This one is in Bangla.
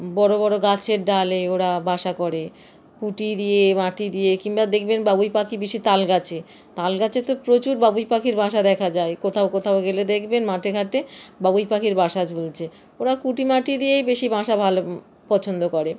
বড় বড় গাছের ডালে ওরা বাসা করে কুটি দিয়ে মাটি দিয়ে কিংবা দেখবেন বাবুই পাখি বেশি তাল গাছে তাল গাছে তো প্রচুর বাবুই পাখির বাসা দেখা যায় কোথাও কোথাও গেলে দেখবেন মাঠে ঘাটে বাবুই পাখির বাসা ঝুলছে ওরা কুটি মাটি দিয়েই বেশি ভালো বাসা ভালো পছন্দ করে